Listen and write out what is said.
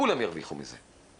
כולם ירוויחו מזה.